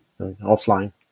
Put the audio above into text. offline